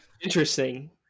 Interesting